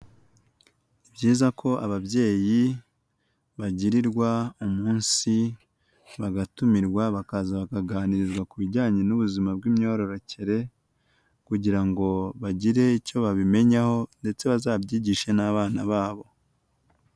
Byiza ko ababyeyi bagirirwa umunsi bagatumirwa bakaza bakaganiriza ku bijyanye n'ubuzima bw'imyororokere kugira ngo bagire icyo babimenyaho ndetse bazabyigishe n'abana babo.